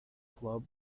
club